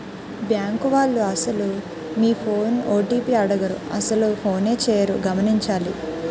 bank వాళ్లు అసలు మీ ఫోన్ ఓ.టి.పి అడగరు అసలు ఫోనే చేయరు గమనించాలి